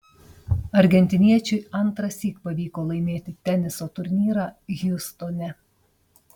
argentiniečiui antrąsyk pavyko laimėti teniso turnyrą hjustone